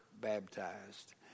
baptized